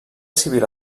civil